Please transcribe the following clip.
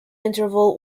interval